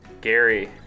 Gary